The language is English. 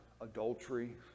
adultery